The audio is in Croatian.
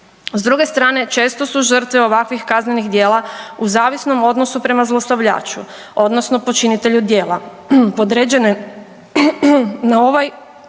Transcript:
S druge strane često su žrtve ovakvih kaznenih djela u zavisnom odnosu prema zlostavljaču odnosno počinitelju djela podređene na ovaj